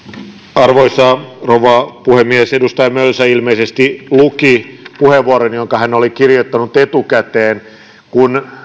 arvoisa rouva puhemies edustaja mölsä ilmeisesti luki puheenvuoron jonka hän oli kirjoittanut etukäteen kun